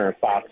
Fox